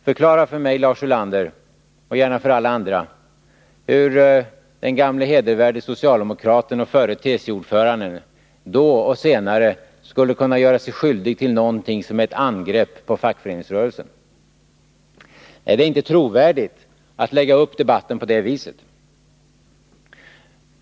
Förklara, Lars Ulander, för mig och gärna för alla andra hur den gamle hedervärde socialdemokraten och förre TCO-ordföranden då och senare skulle kunna göra sig skyldig till något som är ett angrepp på fackföreningsrörelsen! Det är inte trovärdigt att lägga upp debatten på det viset.